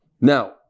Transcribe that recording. Now